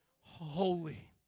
Holy